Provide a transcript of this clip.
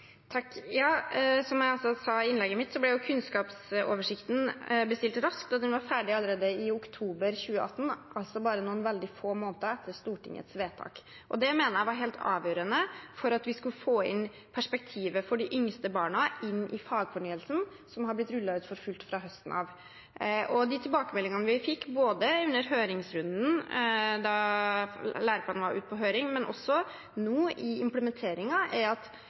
Som jeg også sa i innlegget mitt, ble jo kunnskapsoversikten bestilt raskt, og den var ferdig allerede i oktober 2018, altså bare noen veldig få måneder etter Stortingets vedtak. Det mener jeg var helt avgjørende for at vi skulle få perspektivet for de yngste barna inn i fagfornyelsen, som har blitt rullet ut for fullt fra høsten av. De tilbakemeldingene vi har fått, både under høringsrunden, da læreplanen var ute på høring, og også nå i implementeringen, er at